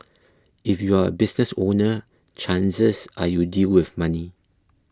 if you're a business owner chances are you deal with money